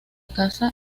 casa